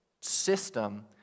system